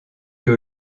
que